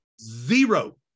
Zero